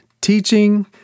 teaching